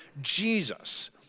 Jesus